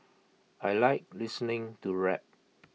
I Like listening to rap